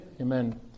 Amen